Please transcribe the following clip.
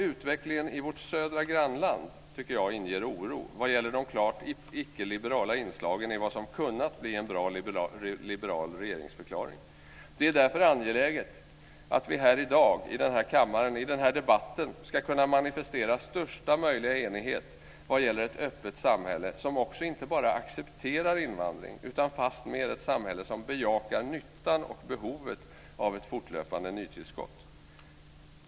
Utvecklingen i vårt södra grannland inger oro vad gäller de klart icke-liberala inslagen i vad som hade kunnat bli en bra liberal regeringsförklaring. Det är därför angeläget att vi här i dag i denna kammare, i den här debatten, kan manifestera största möjliga enighet vad gäller ett öppet samhälle som också inte bara accepterar invandring utan fastmer ett samhälle som bejakar nyttan och behovet av ett fortlöpande nytillskott.